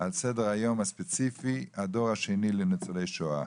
על סדר היום הספציפי הדור השני לניצולי השואה.